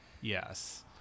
Yes